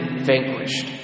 vanquished